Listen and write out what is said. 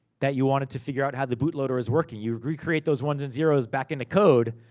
that you wanted to figure out how the boot loader is working. you would recreate those ones and zeroes back into code,